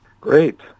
Great